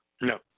No